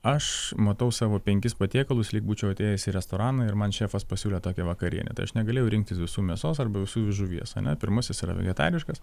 aš matau savo penkis patiekalus lyg būčiau atėjęs į restoraną ir man šefas pasiūlė tokią vakarienę tai aš negalėjau rinktis visų mėsos arba visų žuvies ar ne pirmasis yra vegetariškas